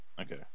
Okay